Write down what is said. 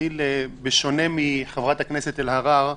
בשונה מחברת הכנסת אלהרר,